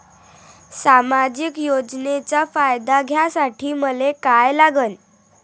सामाजिक योजनेचा फायदा घ्यासाठी मले काय लागन?